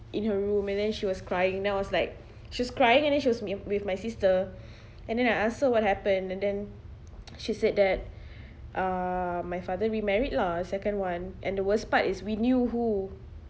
in her room and then she was crying then I was like she's crying and then she was me with my sister and then I ask her what happen and then she said that uh my father remarried lah second one and the worst part is we knew who